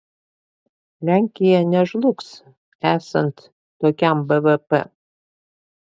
lenkija nežlugs esant tokiam bvp